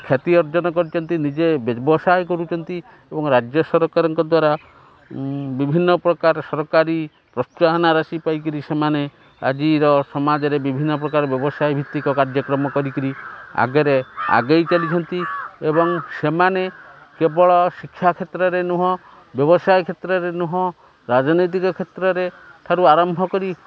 କ୍ଷତି ଅର୍ଜନ କରିଛନ୍ତି ନିଜେ ବ୍ୟବସାୟ କରୁଛନ୍ତି ଏବଂ ରାଜ୍ୟ ସରକାରଙ୍କ ଦ୍ୱାରା ବିଭିନ୍ନ ପ୍ରକାର ସରକାରୀ ପ୍ରୋତ୍ସାହନା ରାଶି ପାଇକିରି ସେମାନେ ଆଜିର ସମାଜରେ ବିଭିନ୍ନ ପ୍ରକାର ବ୍ୟବସାୟ ଭିତ୍ତିକ କାର୍ଯ୍ୟକ୍ରମ କରିକିରି ଆଗରେ ଆଗେଇ ଚାଲିଛନ୍ତି ଏବଂ ସେମାନେ କେବଳ ଶିକ୍ଷା କ୍ଷେତ୍ରରେ ନୁହଁ ବ୍ୟବସାୟ କ୍ଷେତ୍ରରେ ନୁହଁ ରାଜନୈତିକ କ୍ଷେତ୍ରରେ ଠାରୁ ଆରମ୍ଭ କରି